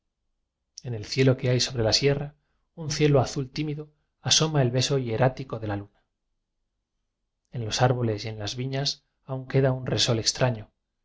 en el cielo que hay sobre la sierra un cielo azul tímido asoma el beso hieráfico de la luna en los árboles y en las viñas aún queda un resol extraño